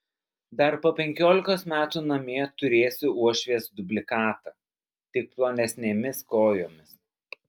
dar po penkiolikos metų namie turėsiu uošvės dublikatą tik plonesnėmis kojomis